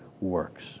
works